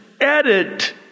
edit